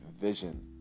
vision